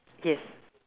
yes